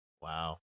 Wow